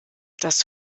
das